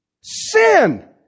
Sin